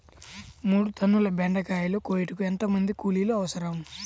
మూడు టన్నుల బెండకాయలు కోయుటకు ఎంత మంది కూలీలు అవసరం?